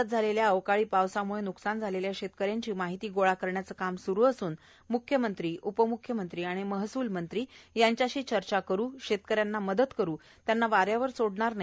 राज्यात झालेल्या अवकाळी पावसाम्ळं न्कसान झालेल्या शेतकऱ्यांची माहिती गोळा करण्याचे काम सुरू असून मुख्यमंत्री उपमुख्यमंत्री आणि महसूलमंत्री यांच्याशी चर्चा करून शेतकऱ्यांना मदत करू त्यांना वाऱ्यावर सोडणार नाही